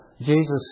Jesus